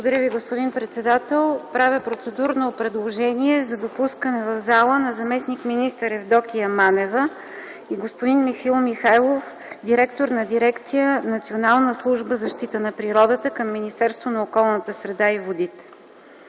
Благодаря. Правя процедурно предложение за допускане в залата на заместник-министър Евдокия Манева и на господин Михаил Михайлов – директор на Дирекция „Национална служба за защита на природата” към Министерството на околната среда и водите.